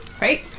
right